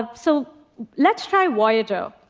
um so let's try voyager.